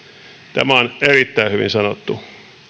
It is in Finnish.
tämä on erittäin hyvin sanottu